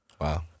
Wow